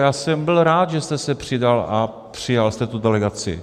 Já jsem byl rád, že jste se přidal a přijal jste tu delegaci.